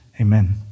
Amen